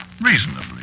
reasonably